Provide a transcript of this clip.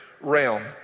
realm